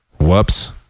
Whoops